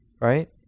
right